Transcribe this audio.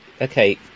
okay